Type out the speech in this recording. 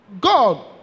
God